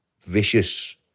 Vicious